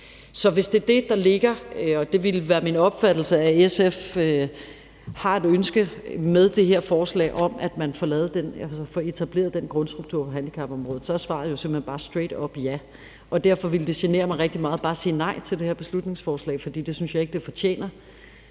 Så hvis det, der ligger i det, og det ville være min opfattelse, er, at SF med det her forslag har et ønske om, at man får etableret den grundstruktur på handicapområdet, så er svaret jo simpelt hen bare straight up ja. Derfor ville det genere mig rigtig meget bare at sige nej til det her beslutningsforslag, for det synes jeg ikke det fortjener.